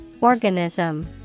organism